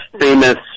famous